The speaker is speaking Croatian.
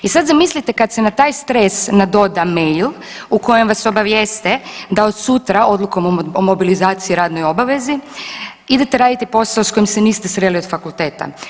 I sad zamislite kad se na taj stres nadoda … [[Govornik se ne razumije]] u kojima sam obavijeste da od sutra odlukom o mobilizaciji i radnoj obavezi idete raditi posao s kojim se niste sreli od fakulteta.